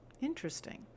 interesting